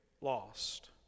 lost